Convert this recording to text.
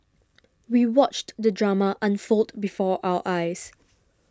we watched the drama unfold before our eyes